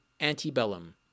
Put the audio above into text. Antebellum